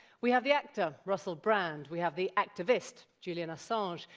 we have the actor, russell brand. we have the activist, julian assange.